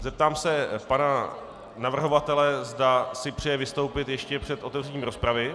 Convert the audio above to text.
Zeptám se pana navrhovatele, zda si přeje vystoupit ještě před otevřením rozpravy.